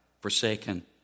forsaken